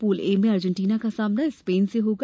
pool A में Argentina का सामना स्पेन से होगा